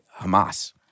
Hamas